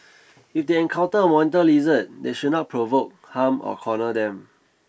if they encounter a monitor lizard they should not provoke harm or corner them